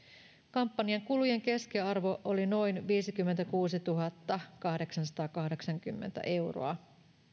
kampanjakulujen keskiarvo oli noin viisikymmentäkuusituhattakahdeksansataakahdeksankymmentä euroa